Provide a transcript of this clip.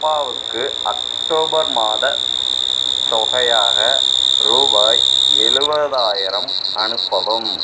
அப்பாவுக்கு அக்டோபர் மாதத் தொகையாக ரூபாய் எழுபதாயிரம் அனுப்பவும்